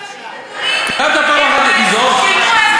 קמת פעם אחת לזעוק?